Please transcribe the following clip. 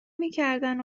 میکردن